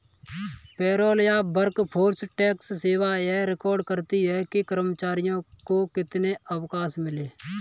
payroll या workforce tax सेवा यह रिकॉर्ड रखती है कि कर्मचारियों को कितने अवकाश मिले